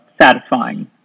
satisfying